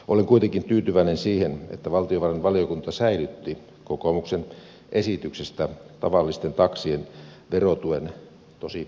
olen kuitenkin tyytyväinen siihen että valtiovarainvaliokunta säilytti kokoomuksen esityksestä tavallisten taksien verotuen tosin puolitettuna